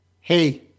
hey